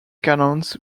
cannons